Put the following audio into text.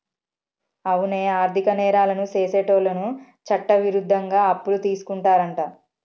అవునే ఆర్థిక నేరాలను సెసేటోళ్ళను చట్టవిరుద్ధంగా అప్పులు తీసుకుంటారంట